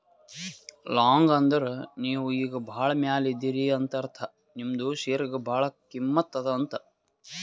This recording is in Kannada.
ಲಾಂಗ್ ಅಂದುರ್ ನೀವು ಈಗ ಭಾಳ ಮ್ಯಾಲ ಇದೀರಿ ಅಂತ ಅರ್ಥ ನಿಮ್ದು ಶೇರ್ಗ ಭಾಳ ಕಿಮ್ಮತ್ ಅದಾ ಅಂತ್